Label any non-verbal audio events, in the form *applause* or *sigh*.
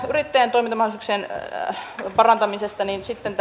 yrittäjän toimintamahdollisuuksien parantamisesta sitten *unintelligible*